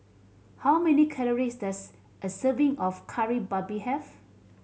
how many calories does a serving of Kari Babi have